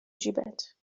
جیبت